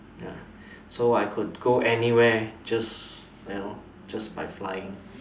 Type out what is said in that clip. ya so I could go anywhere just you know just by flying